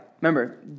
remember